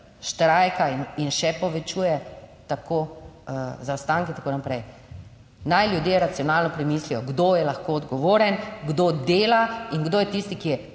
štrajka in še povečuje tako zaostanke in tako naprej. Naj ljudje racionalno premislijo, kdo je lahko odgovoren, kdo dela in kdo je tisti, ki je